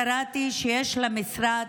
קראתי שיש למשרד